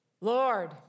Lord